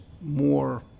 more